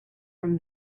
from